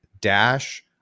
dash